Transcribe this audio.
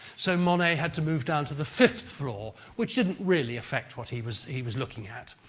so, monet had to move down to the fifth floor which didn't really affect what he was he was looking at.